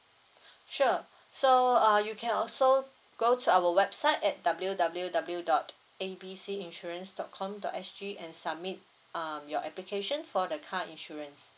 sure so uh you can also go to our website at W W W dot A B C insurance dot com dot S G and submit um your application for the car insurance